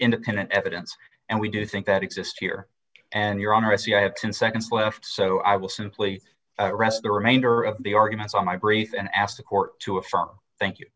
independent evidence and we do think that exist here and you're on resi i have ten seconds left so i will simply rest the remainder of the arguments on my brief and ask the court to affirm thank you